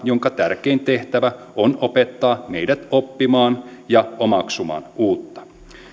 jonka tärkein tehtävä on opettaa meidät oppimaan ja omaksumaan uutta